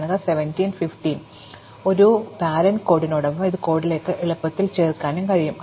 അതിനാൽ ഒരു രക്ഷാകർതൃ കോഡിനൊപ്പം ഇത് ഒരു കോഡിലേക്ക് എളുപ്പത്തിൽ ചേർക്കാനും കഴിയും